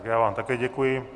Já vám také děkuji.